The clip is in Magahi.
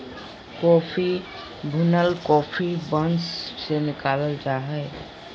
कॉफ़ी भुनल कॉफ़ी बीन्स से निकालल जा हइ